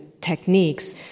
techniques